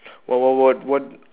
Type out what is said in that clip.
what what what what